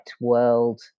world